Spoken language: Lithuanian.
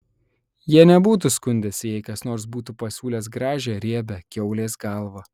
jie nebūtų skundęsi jei kas nors būtų pasiūlęs gražią riebią kiaulės galvą